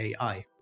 AI